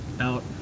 out